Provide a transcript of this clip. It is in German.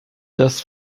dass